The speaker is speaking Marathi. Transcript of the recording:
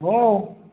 हो